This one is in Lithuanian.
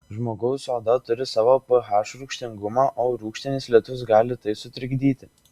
žmogaus oda turi savo ph rūgštingumą o rūgštinis lietus gali tai sutrikdyti